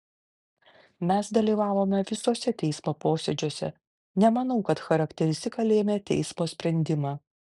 mes dalyvavome visuose teismo posėdžiuose nemanau kad charakteristika lėmė teismo sprendimą